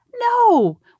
No